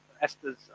Esther's